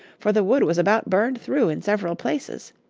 for the wood was about burned through in several places.